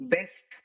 Best